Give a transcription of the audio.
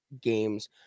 games